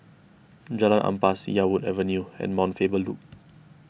Jalan Ampas Yarwood Avenue and Mount Faber Loop